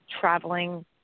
traveling